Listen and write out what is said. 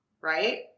Right